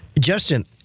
Justin